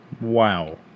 Wow